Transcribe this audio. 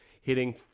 hitting